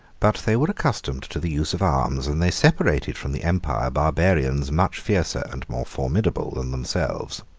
but they were accustomed to the use of arms, and they separated from the empire barbarians much fiercer and more formidable than themselves.